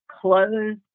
close